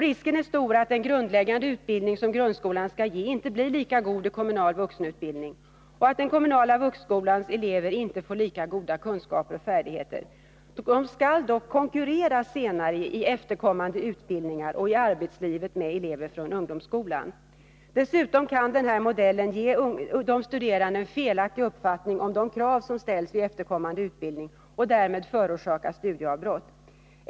Risken är stor att den grundläggande utbildning som grundskolan skall ge inte blir lika god i kommunal vuxenutbildning och att den kommunala vuxenskolans elever inte får lika goda kunskaper och färdigheter. De skall dock konkurrera i efterkommande utbildningar och i arbetslivet med elever från ungdomsskolan. Dessutom kan denna modell ge de studerande en felaktig uppfattning om de krav som ställs vid efterkommande utbildning och därmed förorsaka studieavbrott.